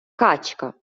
качка